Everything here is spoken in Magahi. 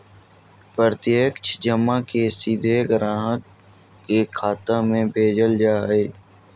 प्रत्यक्ष जमा के सीधे ग्राहक के खाता में भेजल जा हइ